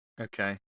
Okay